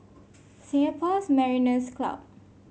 Singapore's Mariners' Club